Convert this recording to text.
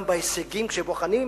גם בהישגים, כשבוחנים,